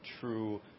true